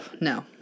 no